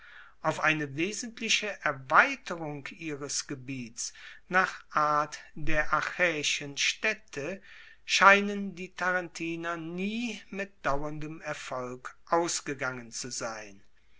auf eine wesentliche erweiterung ihres gebietes nach art der achaeischen staedte scheinen die tarentiner nie mit dauerndem erfolg ausgegangen zu sein